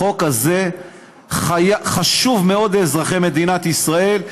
החוק הזה חשוב מאוד לאזרחי מדינת ישראל,